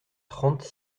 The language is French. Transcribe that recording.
trente